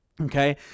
okay